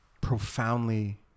profoundly